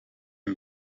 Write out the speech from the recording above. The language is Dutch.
hun